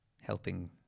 helping